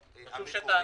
אם בכלל.